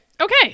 Okay